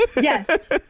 Yes